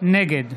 נגד